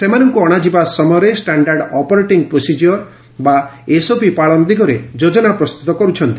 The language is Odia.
ସେମାନଙ୍କୁ ଅଶାଯିବା ସମୟରେ ଷ୍ଟାଣ୍ଡାଡ୍ ଅପରେଟିଂ ପ୍ରୋସିଜିଓର ଏସ୍ଓପି ପାଳନ ଦିଗରେ ଯୋଜନା ପ୍ରସ୍ତତ କର୍ରଛନ୍ତି